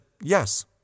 yes